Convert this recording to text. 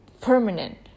permanent